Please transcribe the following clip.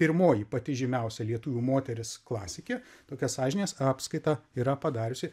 pirmoji pati žymiausia lietuvių moteris klasikė tokia sąžinės apskaita yra padariusi